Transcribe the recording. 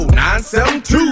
972